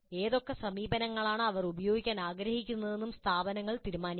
ഏതൊക്കെ സമീപനങ്ങളാണ് അവർ ഉപയോഗിക്കാൻ ആഗ്രഹിക്കുന്നതെന്നും സ്ഥാപനങ്ങൾ തീരുമാനിക്കണം